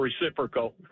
reciprocal